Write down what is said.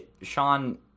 Sean